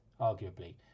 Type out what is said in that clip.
arguably